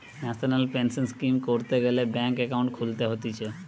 national pension scheme করতে গ্যালে bank account খুলতে হতিছে